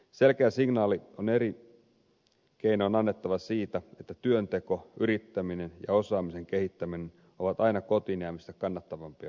selkeä signaali on eri keinoin annettava siitä että työnteko yrittäminen ja osaamisen kehittäminen ovat aina kotiin jäämistä kannattavampia vaihtoehtoja